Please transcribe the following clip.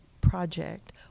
project